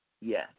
yes